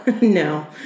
no